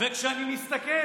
כשאני מסתכל